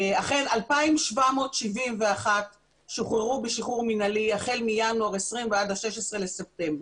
אכן 2,771 שוחררו בשחרור מנהלי החל מינואר 2020 ועד ה-16 בספטמבר,